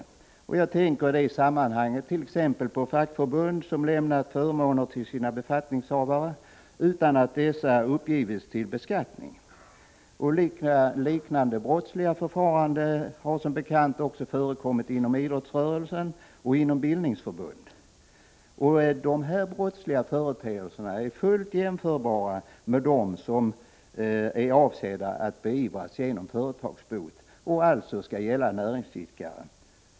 Jag tänker i det sammanhanget t.ex. på fackförbund som lämnat förmåner till sina befattningshavare utan att dessa förmåner uppgivits till beskattning. Liknande brottsliga förfaranden har som bekant också förekommit inom idrottsrörelsen och inom bildningsförbund. De här brottsliga förteelserna är fullt jämförbara med dem som är avsedda att beivras genom företagsbot och alltså skall gälla näringsidkare.